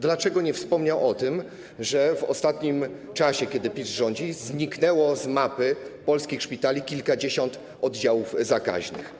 Dlaczego nie wspomniał pan o tym, że w ostatnim czasie, kiedy PiS rządzi, zniknęło z mapy polskich szpitali kilkadziesiąt oddziałów zakaźnych?